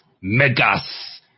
megas